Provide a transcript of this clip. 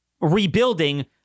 rebuilding